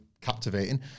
captivating